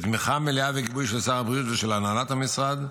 בתמיכה מלאה וגיבוי של שר הבריאות ושל הנהלת המשרד,